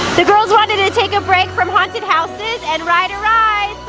the girls wanted to take a break from haunted houses and ride a ride